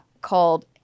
called